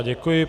Děkuji.